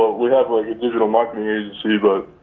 well we have like a digital marketing agency but